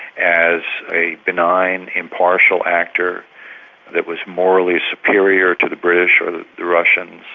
as a benign, impartial actor that was morally superior to the british or the the russians,